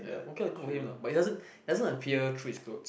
ya okay lah good for him lah but it doesn't doesn't appear through his glutes